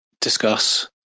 Discuss